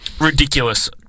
ridiculous